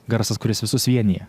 garsas kuris visus vienija